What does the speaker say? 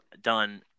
done